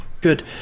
Good